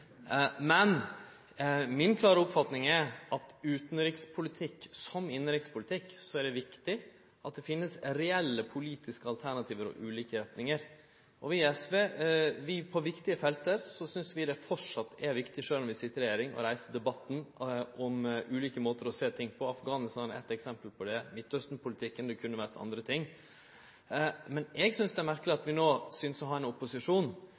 Men mi klare oppfatning er at når det gjeld utanrikspolitikk som innanrikspolitikk, er det viktig at det finst reelle politiske alternativ og ulike retningar. Vi i SV synest det framleis er viktig på viktige felt, sjølv om vi sit i regjering, å reise debatten om ulike måtar å sjå ting på – Afghanistan er eit eksempel på det, og Midtausten-politikken, det kunne ha vore andre ting. Men eg synest det er merkeleg at